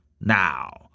now